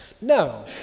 No